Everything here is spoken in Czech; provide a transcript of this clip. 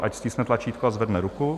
Ať stiskne tlačítko a zvedne ruku.